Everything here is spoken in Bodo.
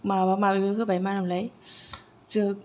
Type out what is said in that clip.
माबा माबिबो होबाय मा होनोमोनलाय